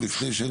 צהרים טובים.